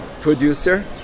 producer